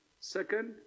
Second